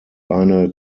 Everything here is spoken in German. eine